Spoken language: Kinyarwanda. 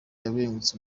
yabengutse